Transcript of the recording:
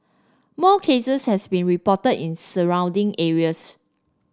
more cases has been reported in surrounding areas